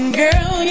girl